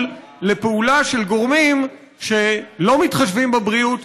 לפעולה של גורמים שלא מתחשבים בבריאות,